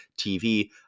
TV